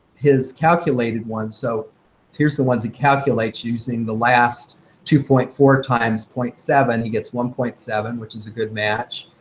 his calculated one, so here's the ones he calculates using the last two point four times zero point seven, he gets one point seven, which is a good match.